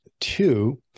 Two